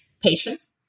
patients